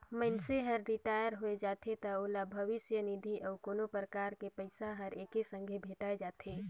मइनसे हर रिटायर होय जाथे त ओला भविस्य निधि अउ कोनो परकार के पइसा हर एके संघे भेंठाय जाथे